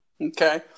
Okay